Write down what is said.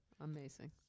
Amazing